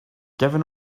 given